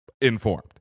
informed